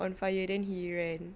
on fire then he ran